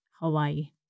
Hawaii